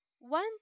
One